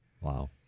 Wow